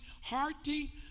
hearty